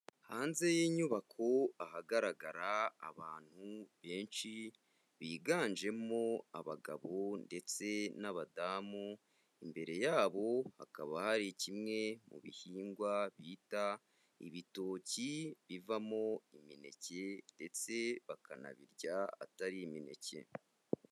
Hanze y'inyubako ahagaragara abantu benshi biganjemo abagabo ndetse n'abadamu, imbere yabo hakaba hari kimwe mu bihingwa bita ibitoki bivamo imineke ndetse bakanabirya atari imineke.